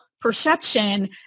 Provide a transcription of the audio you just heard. perception